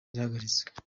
yarahagaritswe